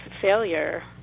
failure